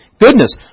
Goodness